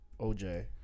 OJ